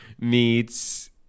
meets